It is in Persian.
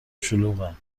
شلوغه